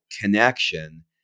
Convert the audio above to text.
connection